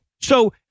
So-